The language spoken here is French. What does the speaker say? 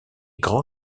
grand